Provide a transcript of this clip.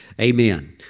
Amen